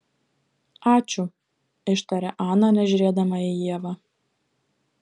ačiū ištarė ana nežiūrėdama į ievą